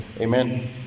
Amen